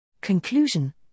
Conclusion